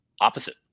opposite